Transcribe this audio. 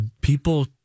people